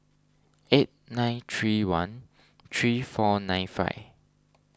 eight nine three one three four nine five